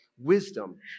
Wisdom